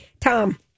tom